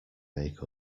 make